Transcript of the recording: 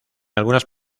algunas